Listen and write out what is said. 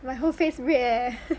my whole face red eh